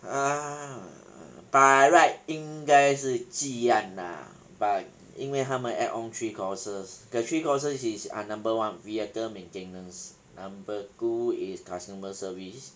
ugh by right 应该是自愿啦 but 因为他们 add on three courses the three courses is ah number one vehicle maintenance number two is customer service